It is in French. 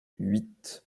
huit